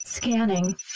Scanning